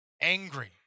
angry